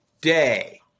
day